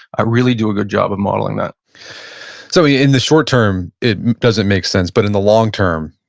ah really do a good job of modeling that so in the short term, it doesn't make sense, but in the long-term,